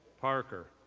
parker,